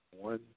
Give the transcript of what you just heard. one